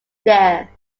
there